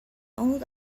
old